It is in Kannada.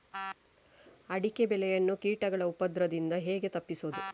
ಅಡಿಕೆ ಬೆಳೆಯನ್ನು ಕೀಟಗಳ ಉಪದ್ರದಿಂದ ಹೇಗೆ ತಪ್ಪಿಸೋದು?